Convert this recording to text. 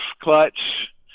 clutch